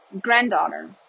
granddaughter